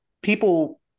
people